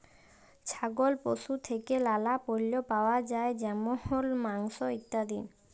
ছাগল পশু থেক্যে লালা পল্য পাওয়া যায় যেমল মাংস, ইত্যাদি